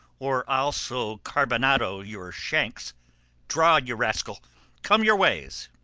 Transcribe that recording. or i'll so carbonado your shanks draw, you rascal come your ways!